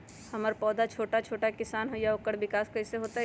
हमर पौधा छोटा छोटा होईया ओकर विकास कईसे होतई?